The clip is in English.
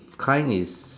kind is